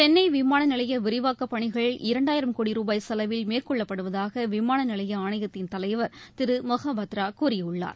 சென்னைவிமானநிலையவிரிவாக்கப் பணிகள் இரண்டாயிரம் ரூபாய் செலவில் மேற்கொள்ளப்படுவதாகவிமானநிலையஆணையத்தின் தலைவர் திருமொஹபத்ராகூறியுள்ளார்